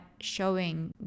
showing